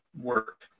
work